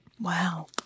Wow